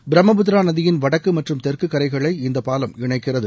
பிரம்ம புத்திரா நதியின் வடக்கு மற்றும் தெற்கு கரைகளை இந்த பாலம் இணைக்கிறது